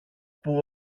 που